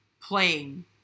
playing